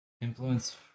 influence